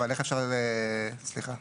סליחה,